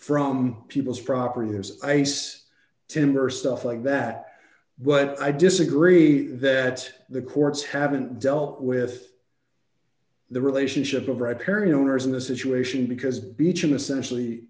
from people's property his ice timber stuff like that but i disagree that the courts haven't dealt with the relationship of red herring owners in this situation because beach in essentially